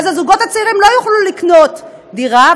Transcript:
אז הזוגות הצעירים לא יוכלו לקנות דירה,